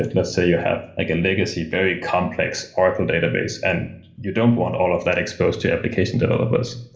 let's say you have like a legacy, very complex oracle database, and you don't want all of that exposed to application developers.